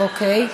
אוקיי.